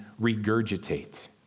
regurgitate